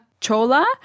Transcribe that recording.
Chola